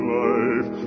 life